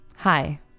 Hi